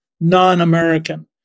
non-American